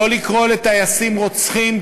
לא לקרוא לטייסים "רוצחים",